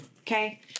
Okay